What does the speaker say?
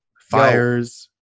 fires